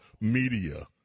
media